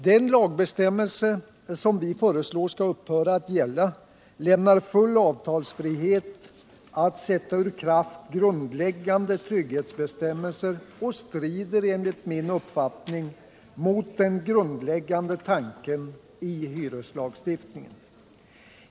Den lagbestämmelse som vi föreslår skall upphöra att gälla lämnar full avtalsfrihet att sätta ur kraft grundläggande trygghetsbestämmelser och strider enligt min uppfattning mot den grundläggande tanken i hyreslagstiftningen.